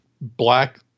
black